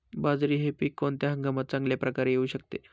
बाजरी हे पीक कोणत्या हंगामात चांगल्या प्रकारे येऊ शकते?